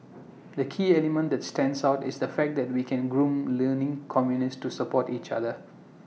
the key element that stands out is the fact that we can groom learning communities to support each other